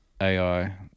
ai